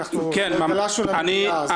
בבקשה.